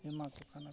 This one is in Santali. ᱮᱢᱟ ᱠᱚ ᱠᱟᱱᱟ ᱠᱚ